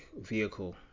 vehicle